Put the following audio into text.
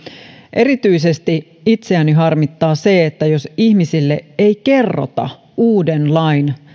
erityisesti itseäni harmittaa se jos ihmisille ei kerrota uuden lain